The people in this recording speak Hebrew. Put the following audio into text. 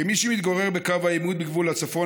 כמי שמתגורר בקו העימות בגבול הצפון,